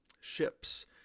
ships